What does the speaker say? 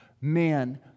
man